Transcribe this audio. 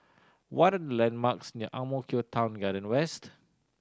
what the landmarks near Ang Mo Kio Town Garden West